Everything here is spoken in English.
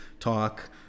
Talk